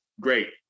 great